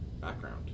background